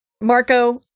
Marco